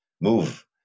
move